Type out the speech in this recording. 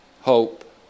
Hope